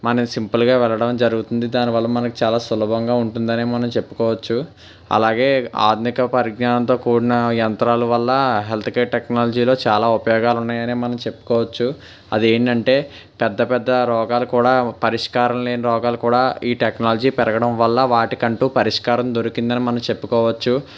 మనం సింపుల్గా వెళ్లడం జరుగుతుంది దాని వల్ల మనకు చాలా సులభంగా ఉంటుందనే మనం చెప్పుకోవచ్చు అలాగే ఆర్థిక పరిజ్ఞానంతో కూడిన యంత్రాలు వల్ల హెల్త్ కేర్ టెక్నాలజీలో చాలా ఉపయోగాలు ఉన్నాయని మనం చెప్పుకోవచ్చు అదేంటంటే పెద్ద పెద్ద రోగాలు కూడా పరిష్కారం లేని రోగాలు కూడా ఈ టెక్నాలజీ పెరగడం వల్ల వాటికంటూ పరిష్కారం దొరికిందని మనం చెప్పుకోవచ్చు